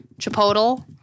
Chipotle